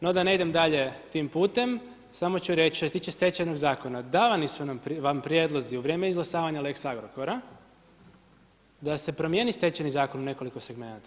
No, da ne idem dalje tim putem, samo ću reći što se tiče Stečajnog zakona, davani su vam prijedlozi u vrijeme izglasavanja lex Agrokora da se promijeni Stečajni zakon u nekoliko segmenata.